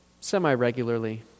semi-regularly